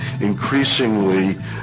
increasingly